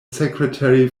secretary